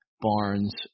Barnes